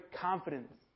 confidence